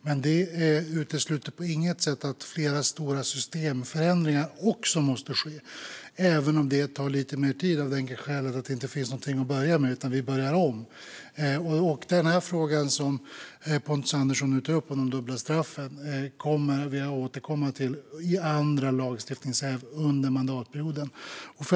Men det utesluter på inget sätt att flera stora systemförändringar också måste ske, även om det tar lite mer tid av det enkla skälet att det inte finns något att börja med utan vi börjar om. Frågan som Pontus Andersson nu tar upp om dubbla straff kommer vi att återkomma till i andra lagstiftningsärenden under mandatperioden.